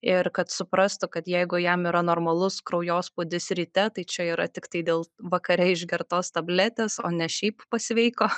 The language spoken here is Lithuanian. ir kad suprastų kad jeigu jam yra normalus kraujospūdis ryte tai čia yra tiktai dėl vakare išgertos tabletės o ne šiaip pasveiko